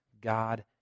God